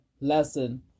lesson